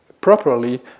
properly